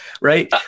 Right